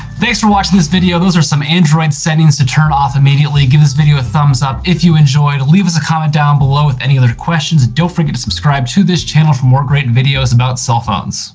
thanks for watching this video. those are some android settings to turn off immediately. give this video a thumbs up if you enjoyed. leave us a comment down below with any other questions, and don't forget to subscribe to this channel for more great videos about cell phones.